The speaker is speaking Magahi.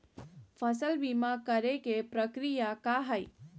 फसल बीमा करे के प्रक्रिया का हई?